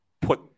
put